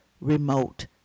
remote